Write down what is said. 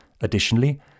Additionally